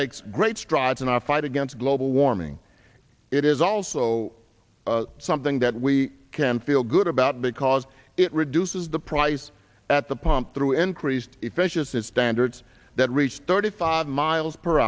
makes great strides in our fight against global warming it is also something that we can feel good about because it reduces the price at the pump through increased efficiency standards that reach thirty five miles per